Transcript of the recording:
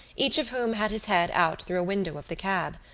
each of whom had his head out through a window of the cab.